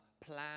plan